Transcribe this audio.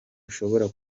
ushobora